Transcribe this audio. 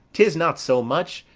tis not so much,